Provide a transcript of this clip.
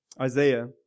Isaiah